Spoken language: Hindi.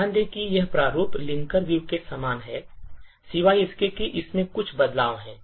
ध्यान दें कि यह प्रारूप linker view के समान है सिवाय इसके कि इसमें कुछ बदलाव हैं